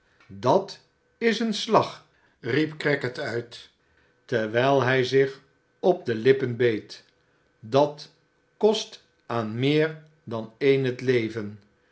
dat is een slag riep crackit uit terwijl hij zich op de lippen beet dat kost aan meer dan een het leven